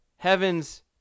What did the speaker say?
Heavens